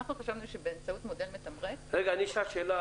אנחנו חשבנו שבאמצעות מודל מתמרץ אפשר